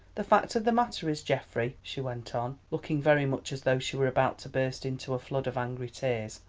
the fact of the matter is, geoffrey, she went on, looking very much as though she were about to burst into a flood of angry tears,